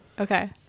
Okay